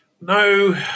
No